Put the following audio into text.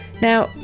now